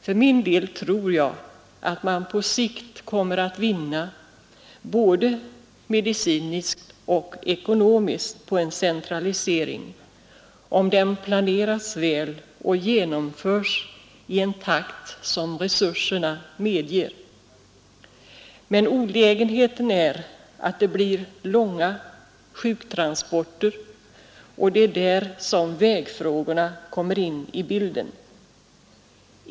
För min del tror jag att man på sikt kommer att vinna både medicinskt och ekonomiskt på en centralisering, om den planeras väl och genomförs i en takt som resurserna medger, men olägenheten är att det blir långa sjuktransporter, och det är där som vägfrågorna kommer in i bilden.